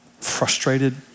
frustrated